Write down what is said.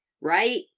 Right